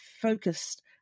focused